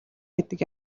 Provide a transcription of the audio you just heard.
гэдэг